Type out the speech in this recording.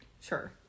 Sure